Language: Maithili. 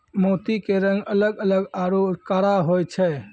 मोती के रंग अलग अलग आरो कड़ा होय छै